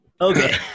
Okay